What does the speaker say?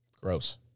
Gross